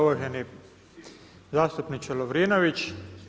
Uvaženi zastupniče Lovrinović.